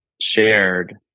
shared